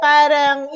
Parang